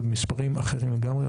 מספרים אחרים לגמרי,